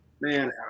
man